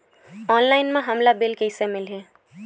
Online म हमला bill कइसे मिलही?